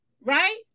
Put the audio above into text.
right